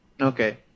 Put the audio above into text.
Okay